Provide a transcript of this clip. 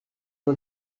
you